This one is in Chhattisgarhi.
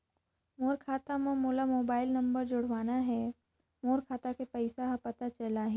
मोर खाता मां मोला मोबाइल नंबर जोड़वाना हे मोर खाता के पइसा ह पता चलाही?